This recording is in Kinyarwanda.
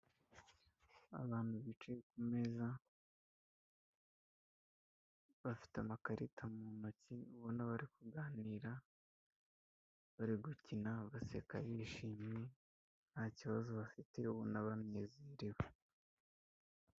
Abantu bicaye ku meza bafite amakarita mu ntoki ubona bari kuganira bari gukina baseka bishimye nta kibazo bafite ubona banezerewe.